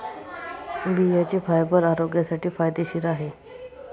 बियांचे फायबर आरोग्यासाठी फायदेशीर आहे